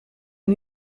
een